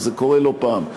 וזה קורה לא פעם.